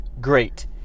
great